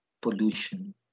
pollution